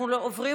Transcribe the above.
אנחנו עוברים